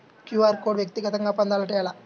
QR code వ్యక్తిగతంగా పొందాలంటే ఎలా?